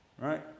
right